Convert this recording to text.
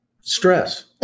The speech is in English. Stress